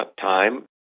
time